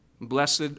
Blessed